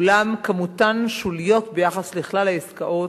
אולם כמותן שוליות ביחס לכלל העסקאות,